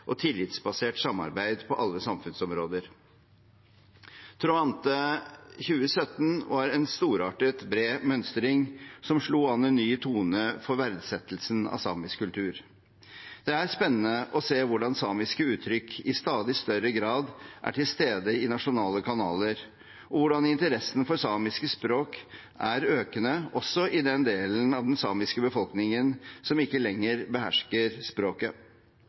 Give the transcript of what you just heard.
og tillitsbasert samarbeid på alle samfunnsområder. Tråante 2017 var en storartet og bred mønstring som slo an en ny tone for verdsettelsen av samisk kultur. Det er spennende å se hvordan samiske uttrykk i stadig større grad er til stede i nasjonale kanaler, og hvordan interessen for samiske språk er økende også i den delen av den samiske befolkningen som ikke lenger behersker språket.